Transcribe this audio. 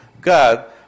God